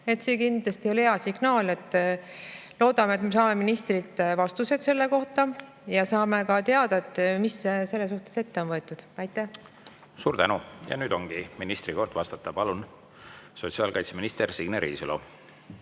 See kindlasti ei ole hea signaal. Loodame, et me saame ministrilt vastused selle kohta ja saame teada, mis selles suhtes ette on võetud. Aitäh! Suur tänu! Ja nüüd ongi ministri kord vastata. Palun, sotsiaalkaitseminister Signe Riisalo!